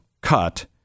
cut